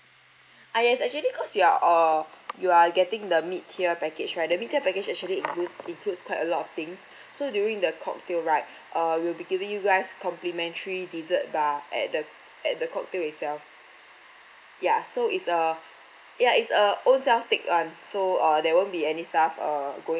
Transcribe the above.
ah yes actually cause you are uh you are getting the mid tier package right the mid tier package actually include includes quite a lot of things so during the cocktail right uh we will be giving you guys complimentary dessert bah at the at the cocktail itself ya so it's uh ya it's a own self take [one] so uh there won't be any staff uh going